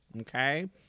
Okay